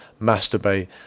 masturbate